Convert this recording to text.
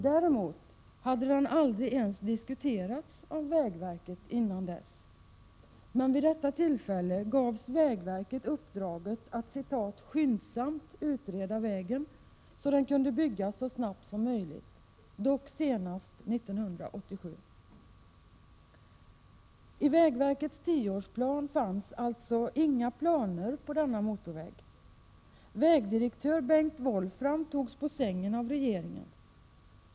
Däremot hade den dessförinnan aldrig diskuterats av vägverket. Vid detta tillfälle gavs emellertid vägverket uppdraget att ”skyndsamt” utreda frågan om vägen, så att denna skulle kunna byggas så snart som möjligt, dock senast 1987. I vägverkets tioårsplan fanns alltså inga planer på denna motorväg. 13 Vägdirektör Bengt Wolffram togs på sängen av regeringen.